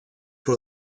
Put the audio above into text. for